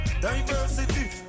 diversity